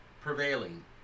prevailing